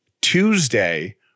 Tuesday